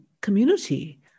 community